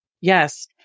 Yes